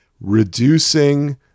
reducing